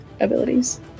abilities